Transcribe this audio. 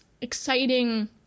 exciting